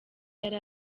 yari